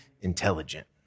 intelligent